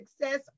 success